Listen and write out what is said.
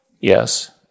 yes